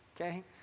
Okay